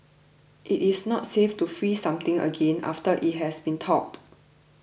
it is not safe to freeze something again after it has been thawed